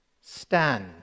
stand